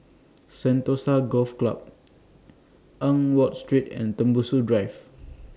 Sentosa Golf Club Eng Watt Street and Tembusu Drive